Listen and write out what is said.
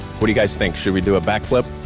what do you guys think? should we do a backflip?